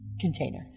container